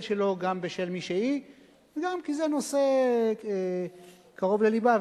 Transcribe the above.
שלו גם בשל מי שהיא וגם כי זה נושא קרוב ללבה.